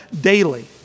daily